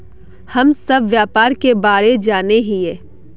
हम सब व्यापार के बारे जाने हिये?